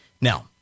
Now